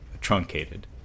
truncated